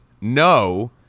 No